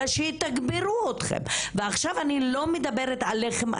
אלא שיתגברו אתכם ועכשיו אני לא מדברת עליכם,